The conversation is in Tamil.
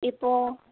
எப்போது